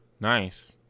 Nice